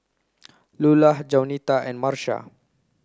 Lulah Jaunita and Marsha